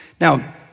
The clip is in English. Now